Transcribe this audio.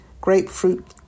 grapefruit